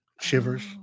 shivers